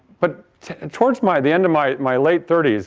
but towards my the end of my my late thirty s,